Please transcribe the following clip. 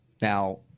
now